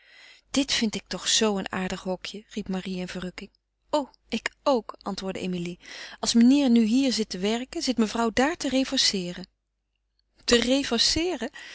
dit vind ik toch zoo een aardig hokje riep marie in verrukking o ik ook antwoordde emilie als meneer nu hier zit te werken zit mevrouw daar te rêvasseeren te